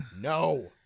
No